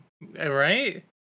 Right